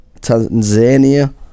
tanzania